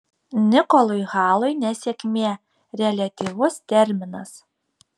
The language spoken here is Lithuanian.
nikolui halui nesėkmė reliatyvus terminas